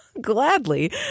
gladly